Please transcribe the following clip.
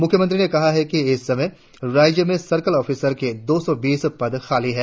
मुख्यमंत्री ने कहा इस समय राज्य में सर्किल ऑफिसर के दो सौ बीस पद खाली है